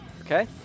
Okay